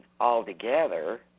altogether